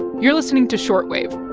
you're listening to short wave